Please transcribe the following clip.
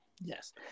Yes